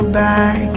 back